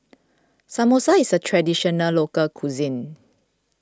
Samosa is a Traditional Local Cuisine